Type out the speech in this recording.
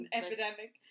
epidemic